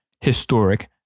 historic